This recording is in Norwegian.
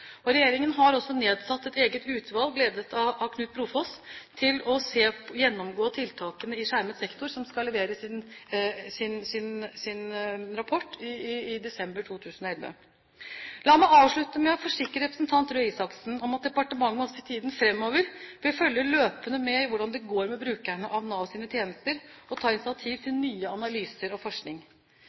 Regjeringen har også nedsatt et eget utvalg, ledet av Knut Brofoss, til å gjennomgå tiltakene i skjermet sektor. Utvalget skal levere sin rapport i desember 2011. La meg avslutte med å forsikre representanten Røe Isaksen om at departementet også i tiden framover vil følge løpende med på hvordan det går med brukerne av Navs tjenester, og ta initiativ til nye analyser og forskning.